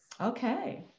Okay